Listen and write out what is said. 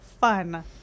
fun